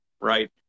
right